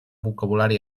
vocabulari